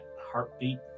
heartbeat